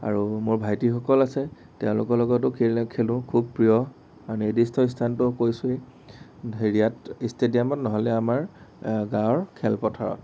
আৰু মোৰ ভাইটিসকল আছে তেওঁলোকৰ লগতো কেইলাক খেলোঁ খুব প্ৰিয় আৰু নিৰ্দিষ্ট ইস্থানতো কৈছোঁৱে হেৰিয়াত ইষ্টেডিয়ামত নহ'লে আমাৰ গাঁৱৰ খেল পথাৰত